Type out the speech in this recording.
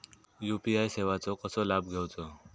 UPI सेवाचो कसो लाभ घेवचो?